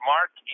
Mark